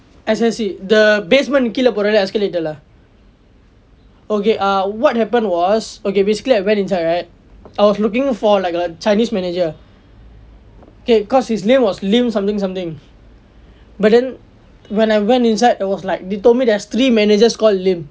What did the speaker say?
S_S_C the basement கீழே போறேளே:kile porele escalator lah okay uh what happened was okay basically I went inside right I was looking for like a chinese manager okay cause he's name was lim something something but then when I went inside I was like they told me there's three managers called lim